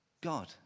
God